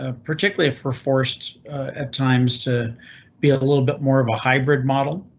ah particularly for forced at times to be a little bit more of a hybrid model?